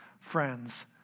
friends